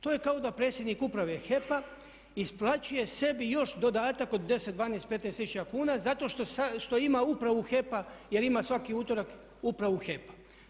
To je kao da predsjednik uprave HEP-a isplaćuje sebi još dodatak od 10, 12, 15 tisuća kuna zato što ima upravu HEP-a, jer ima svaki utorak upravu HEP-a.